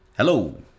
Hello